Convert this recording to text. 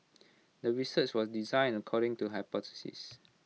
the research was designed according to hypothesis